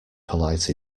polite